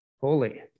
holy